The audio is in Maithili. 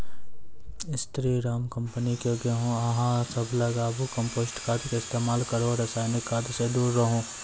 स्री राम कम्पनी के गेहूँ अहाँ सब लगाबु कम्पोस्ट खाद के इस्तेमाल करहो रासायनिक खाद से दूर रहूँ?